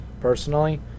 personally